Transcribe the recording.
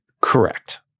Correct